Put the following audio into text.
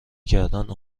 کردن